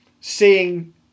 Seeing